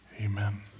Amen